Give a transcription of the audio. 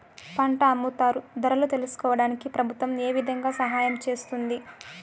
పంట అమ్ముతారు ధరలు తెలుసుకోవడానికి ప్రభుత్వం ఏ విధంగా సహాయం చేస్తుంది?